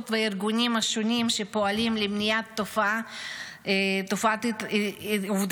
והארגונים השונים שפועלים למניעת תופעת האובדנות,